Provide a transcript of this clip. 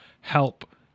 help